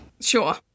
Sure